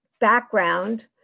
background